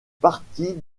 partie